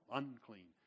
unclean